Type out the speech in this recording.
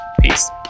Peace